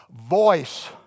voice